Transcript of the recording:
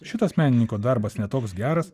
šitas menininko darbas ne toks geras